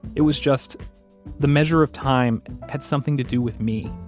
it was just the measure of time had something to do with me.